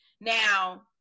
Now